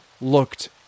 looked